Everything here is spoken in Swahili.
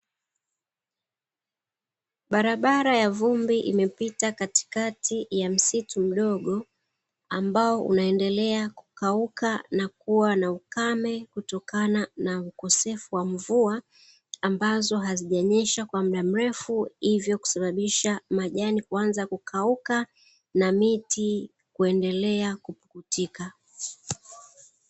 Barabara ya vumbi imepita katikati ya msitu mdogo, ambao unaendelea kukauka na kuwa na ukame kutokana na ukosefu wa mvua, ambazo hazijanyesha kwa muda mlefu hivyoo kusababisha majani kuanza kukauka na miti kuendelea kupukutika.